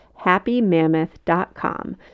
happymammoth.com